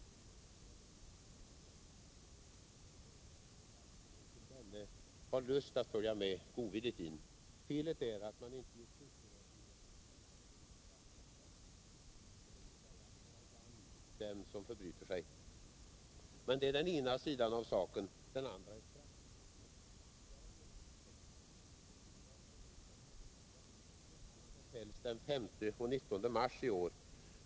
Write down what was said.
Det beror i så fall på om båten har lust att följa med in godvilligt. Felet är att man inte gett kustbevakningen befogenhet att fullgöra sitt värv, dvs. att föra i land dem som förbryter sig. Det är den ena sidan av saken. Den andra sidan är straffpåföljden. Jag har erhållit 16 domstolsutslag från Ystads tingsrätt. Domarna har fällts den 5 och 19 mars i år.